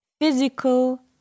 physical